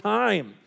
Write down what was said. time